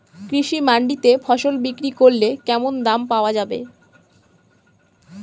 কৃষি মান্ডিতে ফসল বিক্রি করলে কেমন দাম পাওয়া যাবে?